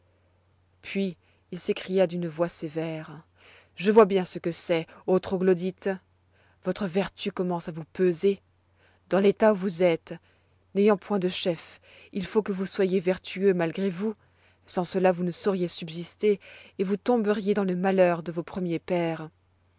puis il s'écria d'une voix sévère je vois bien ce que c'est ô troglodytes votre vertu commence à vous peser dans l'état où vous êtes n'ayant point de chef il faut que vous soyez vertueux malgré vous sans cela vous ne sauriez subsister et vous tomberiez dans le malheur de vos premiers pères